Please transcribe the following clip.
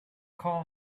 call